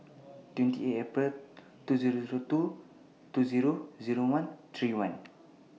twenty eight April two Zero Zero two two Zero Zero one three one